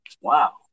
Wow